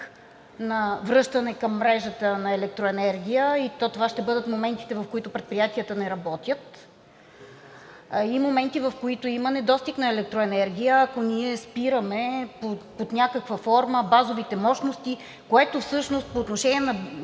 на връщане към мрежата на електроенергия, и то това ще бъдат моментите, в които предприятията не работят, и моменти, в които има и недостиг на електроенергия, ако ние спираме под някаква форма базовите мощности, което всъщност по отношение на